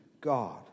God